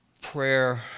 prayer